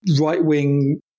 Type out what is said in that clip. right-wing